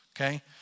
okay